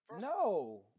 No